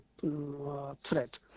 threat